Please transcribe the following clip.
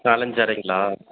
நாலஞ்சு அறைங்களா